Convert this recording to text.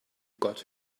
got